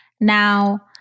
Now